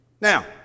Now